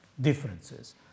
differences